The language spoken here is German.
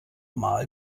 mal